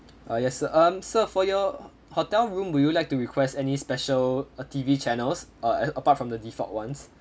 ah yes sir um sir for your hotel room would you like to request any special uh T_V channels uh apart from the default ones